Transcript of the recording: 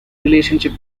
relationship